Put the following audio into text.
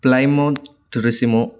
Plymouth టూరెసిమో